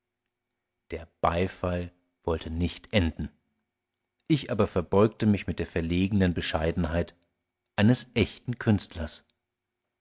der beifall wollte nicht enden ich aber verbeugte mich mit der verlegnen bescheidenheit eines echten künstlers